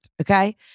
Okay